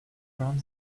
from